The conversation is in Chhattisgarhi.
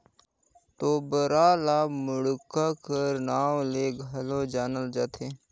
तोबरा ल मुड़क्का कर नाव ले घलो जानल जाथे